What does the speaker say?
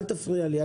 אל תפריע לי.